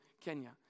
Kenya